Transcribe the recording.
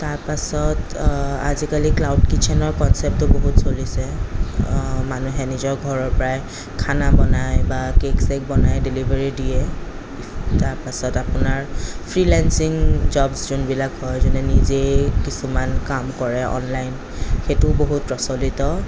তাৰপিছত আজিকালি ক্লাউড কিচেনৰ কনচেপ্টটো বহুত চলিছে মানুহে নিজৰ ঘৰৰপৰাই খানা বনাই বা কেক চেক বনাই ডেলিভাৰী দিয়ে তাৰপিছত আপোনাৰ ফ্ৰীলান্সিং জবচ যোনবিলাক হয় যোনে নিজেই কিছুমান কাম কৰে অনলাইন সেইটোও বহুত প্ৰচলিত